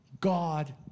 God